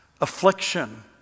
affliction